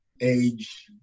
age